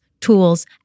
tools